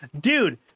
dude